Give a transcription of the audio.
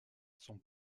son